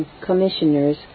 commissioners